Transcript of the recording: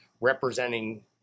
representing